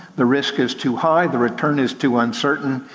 the risk is too high, the return is too uncertain,